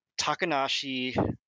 Takanashi